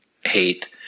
hate